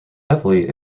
heavily